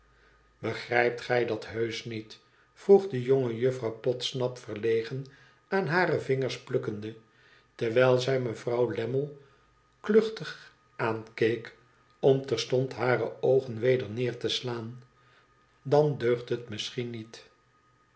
begrijpt gij dat heusch niet vroeg de jonge juffrouw podsnap verlegen aan hare vingers plukkende terwijl zij mevrouw lammie kluchtig aankeek om terstond hare oogen weder neer te slaan i dan deugt het misschien niet